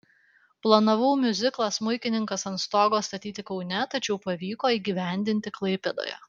planavau miuziklą smuikininkas ant stogo statyti kaune tačiau pavyko įgyvendinti klaipėdoje